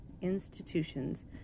institutions